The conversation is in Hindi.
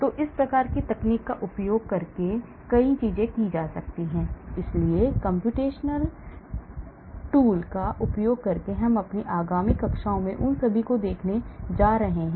तो इस प्रकार की तकनीकों का उपयोग करके कई चीजें की जा सकती हैं इसलिए कम्प्यूटेशनल टूल का उपयोग करके हम आगामी कक्षाओं में उन सभी को देखने जा रहे हैं